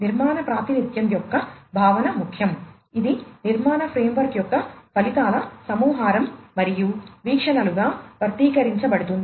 నిర్మాణ ప్రాతినిధ్యం యొక్క భావన ముఖ్యం ఇది నిర్మాణ ఫ్రేమ్వర్క్ యొక్క ఫలితాల సమాహారం మరియు వీక్షణలుగా వ్యక్తీకరించబడుతుంది